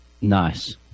Nice